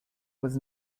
was